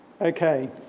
Okay